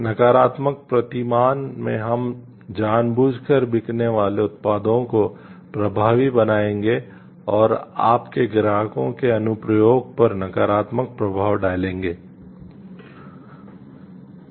नकारात्मक प्रतिमान में हम जान बूझकर बिकने वाले उत्पादों को प्रभावी बनाएंगे और आपके ग्राहकों के अनुप्रयोगों पर नकारात्मक प्रभाव पड़ेगा